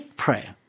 prayer